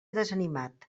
desanimat